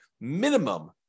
minimum